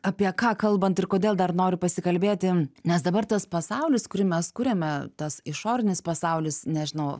apie ką kalbant ir kodėl dar noriu pasikalbėti nes dabar tas pasaulis kurį mes kuriame tas išorinis pasaulis nežinau